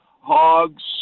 hogs